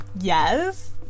Yes